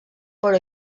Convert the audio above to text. però